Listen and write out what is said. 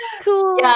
Cool